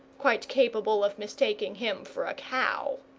quite capable of mistaking him for a cow.